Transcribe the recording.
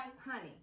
honey